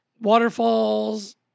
Waterfalls